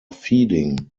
feeding